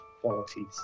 qualities